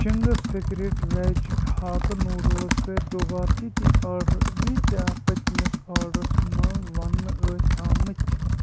Ching's secret veg Hakka noodles کٔرۍ دُبارٕ تِتی آرڈر ییٖتاہ پٔتۍمِس آرڈرس مَنٛز وننہٕ ٲسۍ آمٕتۍ